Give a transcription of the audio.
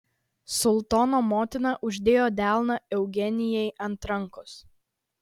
sultono motina uždėjo delną eugenijai ant rankos